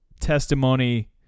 testimony